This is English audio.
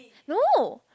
no